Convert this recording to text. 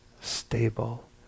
stable